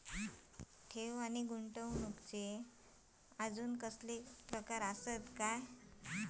ठेव नी गुंतवणूकचे काय आजुन प्रकार आसत काय?